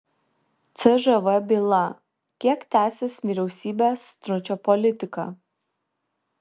cžv byla kiek tęsis vyriausybės stručio politika